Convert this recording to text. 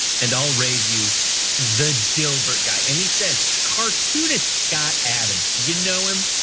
and i'll raise you the dilbert guy and he says cartoonist scott adams. you know him?